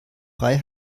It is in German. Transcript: frei